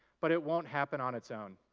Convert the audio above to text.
but it won't happen on its own.